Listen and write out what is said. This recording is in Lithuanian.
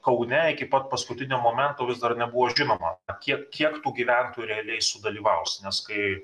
kaune iki pat paskutinio momento vis dar nebuvo žinoma kiek kiek tų gyventojų realiai sudalyvaus nes kai